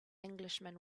englishman